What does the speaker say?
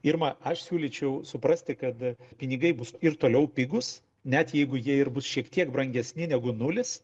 irma aš siūlyčiau suprasti kad pinigai bus ir toliau pigūs net jeigu jie ir bus šiek tiek brangesni negu nulis